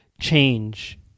change